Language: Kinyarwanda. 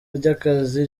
ry’akazi